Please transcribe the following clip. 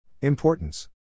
Importance